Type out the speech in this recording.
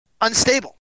unstable